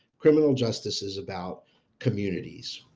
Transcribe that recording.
criminal justice is about communities,